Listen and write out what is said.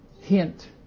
Hint